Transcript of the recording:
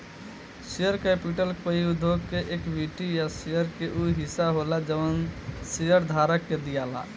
share capital कोई उद्योग के इक्विटी या शेयर के उ हिस्सा होला जवन शेयरधारक के दियाला